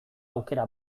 aukera